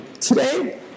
today